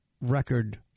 record